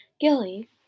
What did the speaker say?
Gilly